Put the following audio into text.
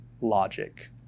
logic